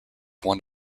one